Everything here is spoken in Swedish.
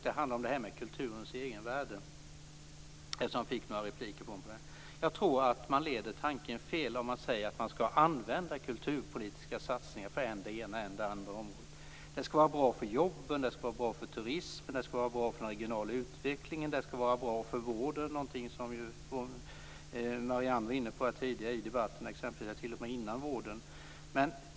Den handlar om kulturens egenvärde. Jag tror att man leder tanken fel om man säger att man skall använda kulturpolitiska satsningar för än det ena, än det andra området. Det skall vara bra för jobben, för turismen, för den regionala utvecklingen och för vården. Marianne Andersson var ju t.o.m. inne på "före vården".